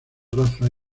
razas